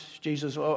Jesus